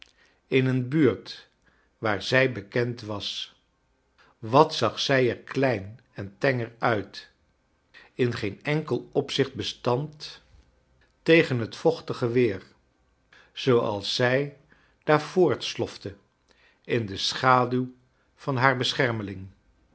in een buurt waar zij bekend was wat zag zij er klein en tenger uit in geen enkel opzicht bestand tegen het vochtige weer zooals zij daar voortslofte in de schaduw van haar beschermeling